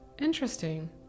Interesting